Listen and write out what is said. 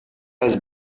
has